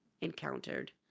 encountered